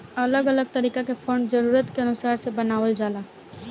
अलग अलग तरीका के फंड जरूरत के अनुसार से बनावल जाला